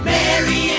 Mary